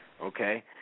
Okay